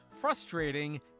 frustrating